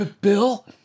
Bill